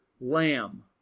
lamb